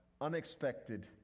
unexpected